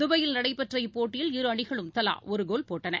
துபாயில் நடைபெற்ற இப்போட்டியில் இரு அணிகளும் தலாஒருகோல் போட்டன